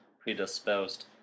predisposed